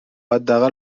حداقل